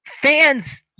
fans